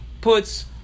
puts